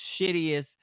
shittiest